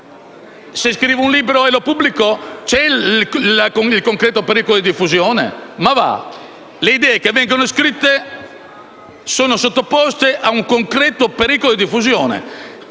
e se pubblico questo libro, c'è un concreto pericolo di diffusione? Ma va! Le idee che vengono scritte sono sottoposte ad un concreto pericolo di diffusione.